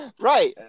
right